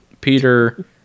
Peter